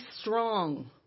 strong